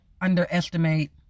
underestimate